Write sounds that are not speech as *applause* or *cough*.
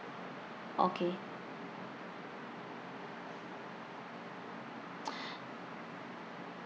okay *breath*